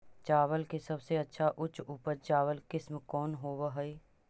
चावल के सबसे अच्छा उच्च उपज चावल किस्म कौन होव हई?